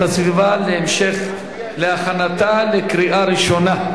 הסביבה להמשך הכנתה לקריאה ראשונה.